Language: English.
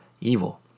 evil